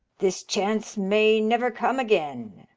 this chance may never come again.